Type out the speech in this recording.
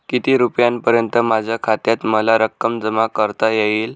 किती रुपयांपर्यंत माझ्या खात्यात मला रक्कम जमा करता येईल?